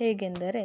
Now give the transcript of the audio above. ಹೇಗೆಂದರೆ